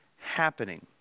happening